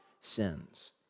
sins